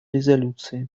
резолюции